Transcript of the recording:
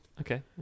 Okay